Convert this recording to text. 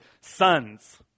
sons